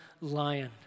lion